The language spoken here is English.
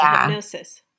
hypnosis